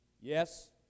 Yes